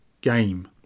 game